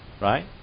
Right